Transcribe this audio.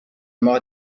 ماه